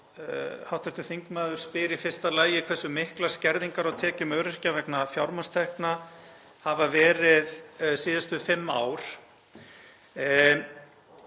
Hv. þingmaður spyr í fyrsta lagi hversu miklar skerðingar á tekjum öryrkja vegna fjármagnstekna hafi verið síðustu fimm ár.